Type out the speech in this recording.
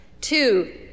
Two